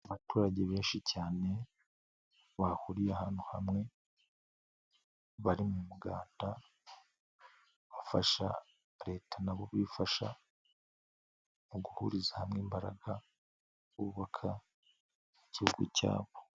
Abaturage benshi cyane bahuriye ahantu hamwe, bari mu muganda, bafasha Leta nabo bifasha mu guhuriza hamwe imbaraga, bubaka igihugu cyabo.